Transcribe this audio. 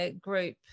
group